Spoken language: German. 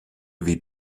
wie